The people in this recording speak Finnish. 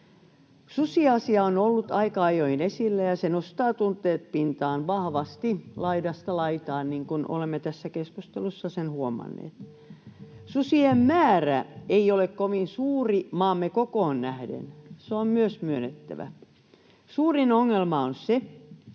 Susiasia on ollut aika ajoin esillä, ja se nostaa tunteet pintaan vahvasti laidasta laitaan, niin kuin olemme tässä keskustelussa huomanneet. Susien määrä ei ole kovin suuri maamme kokoon nähden — se on myös myönnettävä. Suurin ongelma on,